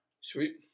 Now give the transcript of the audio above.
Sweet